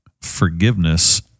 forgiveness